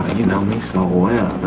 you know me so well,